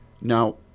Now